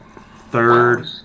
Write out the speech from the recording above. Third